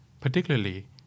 particularly